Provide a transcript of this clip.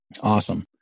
awesome